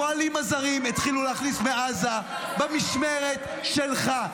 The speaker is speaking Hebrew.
את הפועלים הזרים התחילו להכניס מעזה במשמרת שלך.